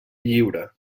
lliure